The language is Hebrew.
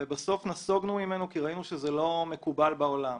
בסוף נסוגנו ממנו, כי ראינו שזה לא מקובל בעולם.